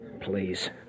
Please